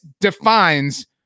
defines